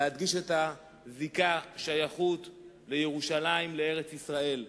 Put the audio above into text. להדגיש את הזיקה, השייכות לירושלים, לארץ-ישראל.